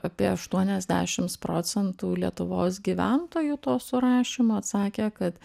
apie aštuoniasdešimts procentų lietuvos gyventojų to surašymo atsakė kad